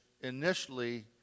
initially